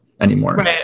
anymore